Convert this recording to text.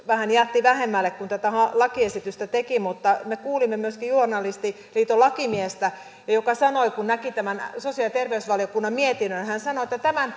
vähän jätti vähemmälle kun tätä lakiesitystä teki mutta me kuulimme myöskin journalistiliiton lakimiestä joka sanoi kun näki tämän sosiaali ja terveysvaliokunnan mietinnön että tämän